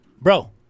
bro